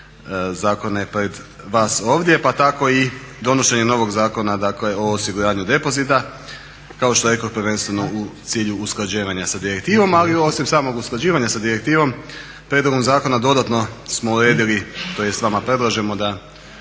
zakone pred vas ovdje pa tako i donošenje novog Zakona o osiguranju depozita, kao što rekoh prvenstveno u cilju usklađivanja sa direktivom. A osim samog usklađivanja sa direktivom prijedlogom zakona dodatno smo uredili tj. vama predlažemo da